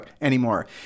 Anymore